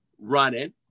running